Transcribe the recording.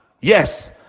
yes